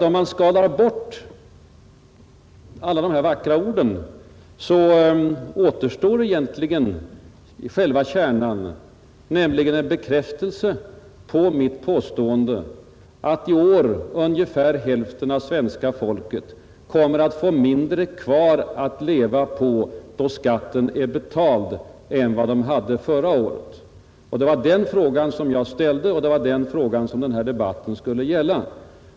Om man skalar bort alla de vackra orden återstår egentligen som själva kärnan en bekräftelse på mitt påstående att ungefär hälften av svenska folket i år kommer att få mindre kvar att leva på då skatten är betald än de hade förra året. Det var den frågan som jag ställde och det är det debatten skall gälla.